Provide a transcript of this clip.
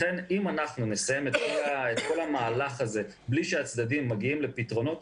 אם אנחנו נסיים את כל המהלך הזה בלי שהצדדים מגיעים לפתרונות,